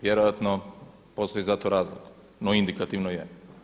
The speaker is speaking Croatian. Vjerojatno postoji za to razlog, no indikativno je.